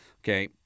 okay